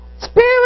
spirit